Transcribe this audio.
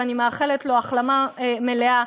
ואני מאחלת לו החלמה מלאה,